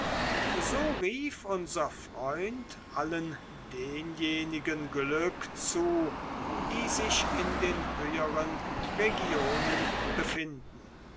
so rief unser freund allen denenjenigen glück zu die sich in den höheren regionen befinden